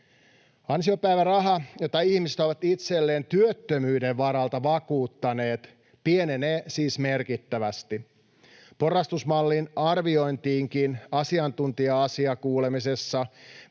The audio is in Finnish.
Ansiopäiväraha, jota ihmiset ovat itselleen työttömyyden varalta vakuuttaneet, pienenee siis merkittävästi. Porrastusmallin arvioitiinkin asiantuntijakuulemisessa